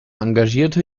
engagierte